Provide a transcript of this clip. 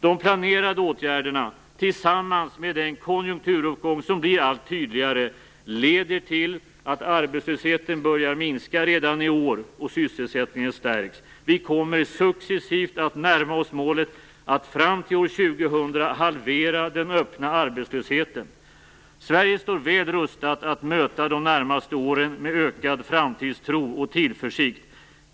De planerade åtgärderna, tillsammans med den konjunkturuppgång som blir allt tydligare, leder till att arbetslösheten börjar minska redan i år och sysselsättningen stärks. Vi kommer successivt att närma oss målet att fram till år 2000 halvera den öppna arbetslösheten. Sverige står väl rustat att möta de närmaste åren med ökad framtidstro och tillförsikt.